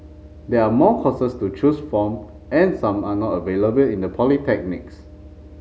there are more courses to choose from and some are not available in the polytechnics